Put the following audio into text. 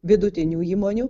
vidutinių įmonių